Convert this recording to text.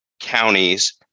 counties